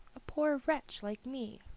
a poor wretch like me?